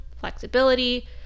flexibility